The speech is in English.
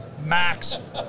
max